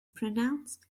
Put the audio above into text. pronounced